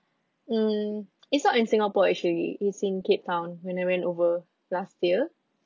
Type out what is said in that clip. mm it's not in singapore actually in cape town when I went over last year